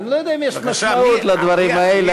אני לא יודע אם יש משמעות לדברים האלה,